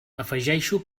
afegeixo